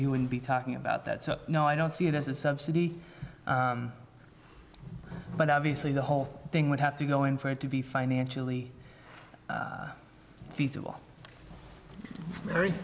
you wouldn't be talking about that so no i don't see it as a subsidy but obviously the whole thing would have to go in for it to be financially feasible